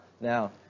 now